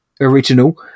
original